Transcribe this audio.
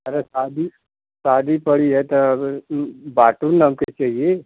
अरे शादी शादी पड़ी है तो अब बाटूल हमको चाहिए